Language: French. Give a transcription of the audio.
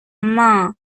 main